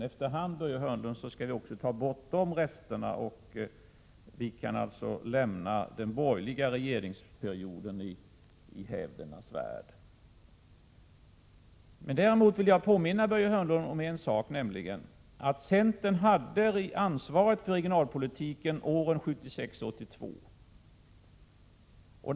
Efter hand skall vi ta bort också dem, Börje Hörnlund, och därmed kan vi lämna den borgerliga regeringsperioden i hävdernas värld. Däremot vill jag påminna Börje Hörnlund om en sak, nämligen att centern hade ansvaret för regionalpolitiken åren 1976-1982.